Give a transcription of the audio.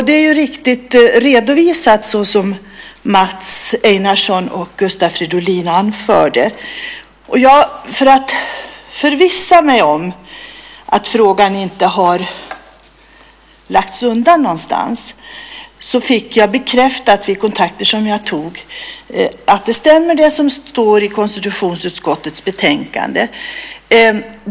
Det är riktigt redovisat såsom Mats Einarsson och Gustav Fridolin anförde. För att förvissa mig om att frågan inte har lagts undan någonstans fick jag bekräftat vid kontakter som jag tog, att det stämmer, det som står i konstitutionsutskottets betänkande.